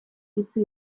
utzi